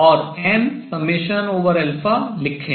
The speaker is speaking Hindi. और m लिखें